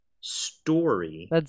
story